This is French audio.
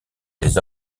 des